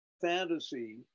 fantasy